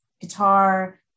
guitar